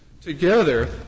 together